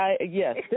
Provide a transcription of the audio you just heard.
Yes